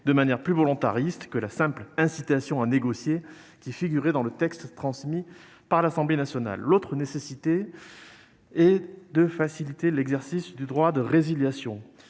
de manière plus volontariste que la simple incitation à négocier qui figurait dans le texte transmis par l'Assemblée nationale. L'autre nécessité est de faciliter l'exercice du droit de résiliation.